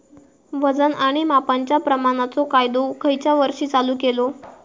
वजन आणि मापांच्या प्रमाणाचो कायदो खयच्या वर्षी चालू केलो?